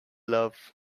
love